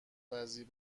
وزیر